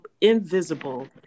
invisible